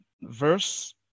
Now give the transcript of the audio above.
verse